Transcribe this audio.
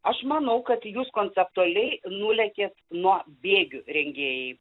aš manau kad jūs konceptualiai nulėkėt nuo bėgių rengėjai